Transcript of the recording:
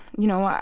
you know,